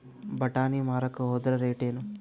ಬಟಾನಿ ಮಾರಾಕ್ ಹೋದರ ರೇಟೇನು?